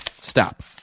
Stop